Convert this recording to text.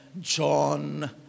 John